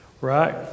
Right